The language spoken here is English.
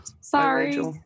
sorry